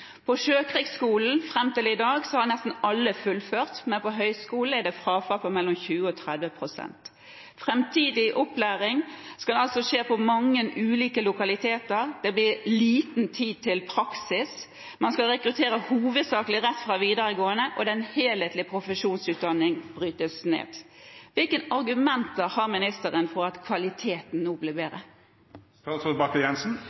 til i dag har nesten alle fullført på Sjøkrigsskolen, men på høyskolen er det frafall på mellom 20 og 30 pst. Framtidig opplæring skal altså skje på mange ulike lokaliteter, det blir lite tid til praksis. Man skal rekruttere hovedsakelig rett fra videregående skole, og den helhetlige profesjonsutdanningen brytes ned. Hvilke argumenter har ministeren for at kvaliteten nå blir